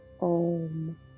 Om